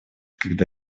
когда